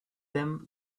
them